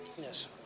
Yes